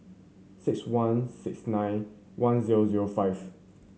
six one six nine one zero zero five